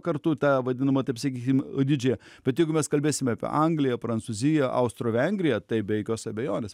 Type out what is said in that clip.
kartu tą vadinamą taip sakykim didžiąją bet jeigu mes kalbėsime apie angliją prancūziją austro vengriją tai be jokios abejonės